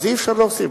אי-אפשר להוסיף.